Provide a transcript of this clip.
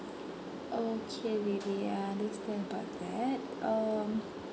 okay lily I understand about that um